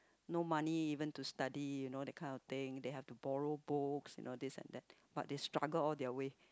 no money even to study you know that kind of thing they have borrow books you know this and that but they struggle all their way